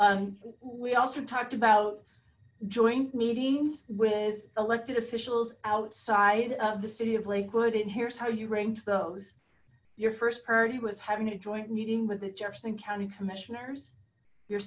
day we also talked about joint meetings with elected officials outside of the city of lakewood and here's how you rank those your first priority was having a joint meeting with the jefferson county commissioners your